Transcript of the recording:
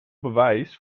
bewijs